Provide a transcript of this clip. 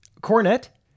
Cornet